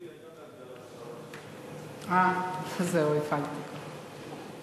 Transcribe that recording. ההצעה להעביר את הצעת חוק חינוך ממלכתי (תיקון מס' 16)